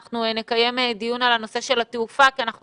אנחנו נקיים דיון על הנושא של התעופה כי אנחנו